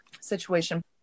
situation